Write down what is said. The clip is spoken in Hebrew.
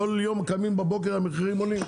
כל יום קמים בבוקר והמחירים עולים.